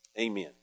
Amen